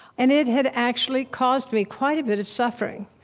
and it had actually caused me quite a bit of suffering,